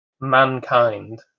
mankind